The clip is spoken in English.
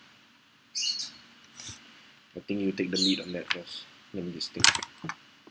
I think you take the lead on that first let me just think